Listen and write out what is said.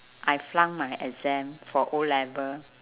I flunk my exam for O level